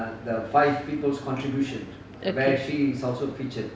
okay